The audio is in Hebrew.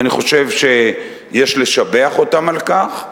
ואני חושב שיש לשבח אותם על כך,